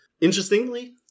Interestingly